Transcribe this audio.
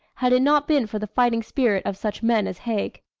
had it not been for the fighting spirit of such men as haig.